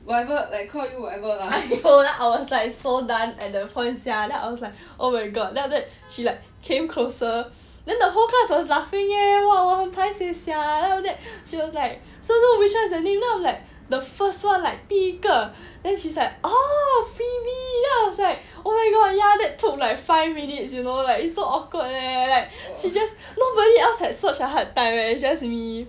I was like so done at the point sia then I was like oh my god then after that she like came closer then the whole class was laughing eh !wah! 我很 paiseh sia then after that she was like so which one is your name then I was like the first [one] like 第一个 then she's like oh phoebe then I was like oh my god ya that took like five minutes you know like it's so awkward leh like she just nobody else had such a hard time leh it's just me